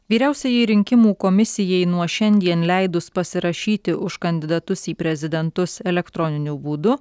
vyriausiajai rinkimų komisijai nuo šiandien leidus pasirašyti už kandidatus į prezidentus elektroniniu būdu